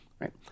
right